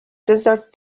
desert